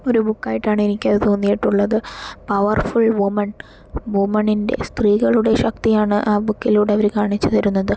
ഒരു ബുക്കായിട്ടാണ് എനിക്ക് അത് തോന്നിയിട്ടുള്ളത് പവർഫുൾ വുമൺ വുമണിൻ്റെ സ്ത്രീകളുടെ ശക്തിയാണ് ആ ബുക്കിലൂടെ അവര് കാണിച്ചു തരുന്നത്